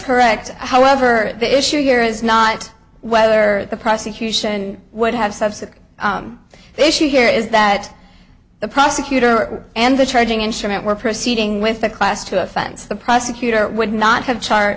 correct however the issue here is not whether the prosecution would have subsequent the issue here is that the prosecutor and the charging instrument were proceeding with a class two offense the prosecutor would not have chart